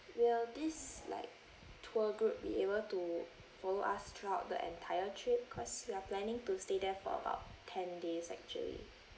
will this like tour group be able to follow us throughout the entire trip cause we are planning to stay there for about ten days actually